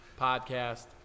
podcast